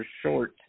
short